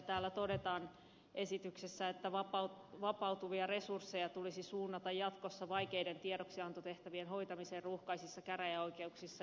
täällä esityksessä todetaan että vapautuvia resursseja tulisi suunnata jatkossa vaikeiden tiedoksiantotehtävien hoitamiseen ruuhkaisissa käräjäoikeuksissa